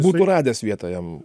būtų radęs vietą jam